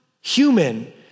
human